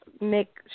make